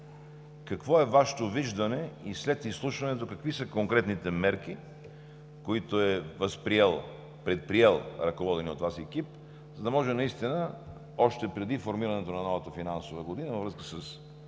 какво е Вашето виждане и след изслушването какви са конкретните мерки, които е предприел ръководеният от Вас екип, за да може наистина още преди формирането на новата финансова година във връзка